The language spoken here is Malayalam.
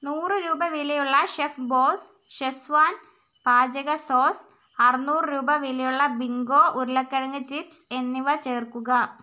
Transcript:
നൂറു രൂപ വിലയുള്ള ഷെഫ്ബോസ് ഷെസ്വാൻ പാചക സോസ് അറുനൂറ് രൂപ വിലയുള്ള ബിങ്കോ ഉരുളക്കിഴങ്ങ് ചിപ്സ് എന്നിവ ചേർക്കുക